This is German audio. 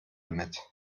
mit